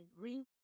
ring